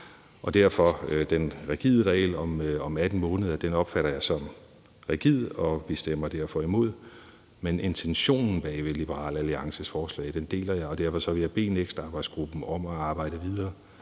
Jeg opfatter reglen om 18 måneder som rigid, og vi stemmer derfor imod. Men intentionen bag Liberal Alliances forslag deler jeg, og derfor vil jeg bede NEKST-arbejdsgruppen om at arbejde videre